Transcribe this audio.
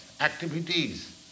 activities